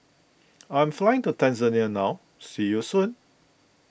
I am flying to Tanzania now see you soon